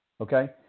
Okay